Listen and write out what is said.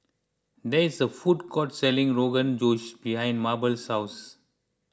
there is a food court selling Rogan Josh behind Mable's house